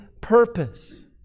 purpose